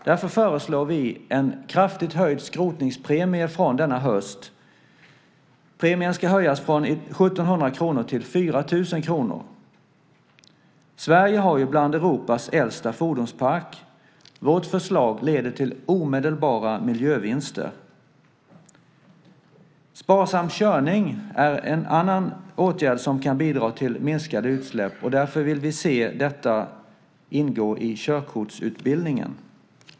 Därför föreslår vi en kraftigt höjd skrotningspremie från denna höst, från 1 700 kr till 4 000 kr. Sverige har en av Europas äldsta fordonsparker. Vårt förslag leder till omedelbara miljövinster. Sparsam körning är en annan åtgärd som kan bidra till minskade utsläpp, och därför vill vi se att detta ingår i körkortsutbildningen.